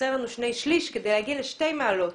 שחסרים לנו שני שלישים כדי להגיע לשתי מעלות.